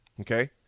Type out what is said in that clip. okay